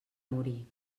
morir